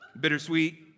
Bittersweet